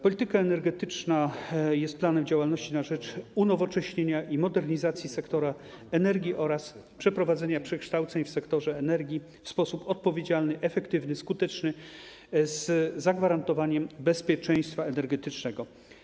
Polityka energetyczna jest planem działalności na rzecz unowocześnienia i modernizacji sektora energii oraz przeprowadzenia przekształceń w sektorze energii w sposób odpowiedzialny, efektywny, skuteczny, z zagwarantowaniem bezpieczeństwa energetycznego.